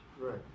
Right